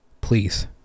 Please